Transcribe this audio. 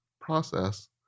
process